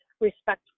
respect